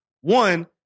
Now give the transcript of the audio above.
One